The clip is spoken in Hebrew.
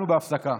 אנחנו בהפסקה.